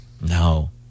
no